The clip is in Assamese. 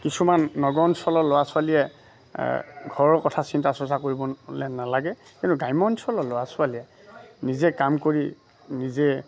কিছুমান নগৰ অঞ্চলৰ ল'ৰা ছোৱালীয়ে ঘৰৰ কথা চিন্তা চৰ্চা কৰিবলে নালাগে কিন্তু গ্ৰাম্য অঞ্চলৰ ল'ৰা ছোৱালীয়ে নিজে কাম কৰি নিজে